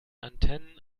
antennen